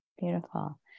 Beautiful